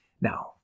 Now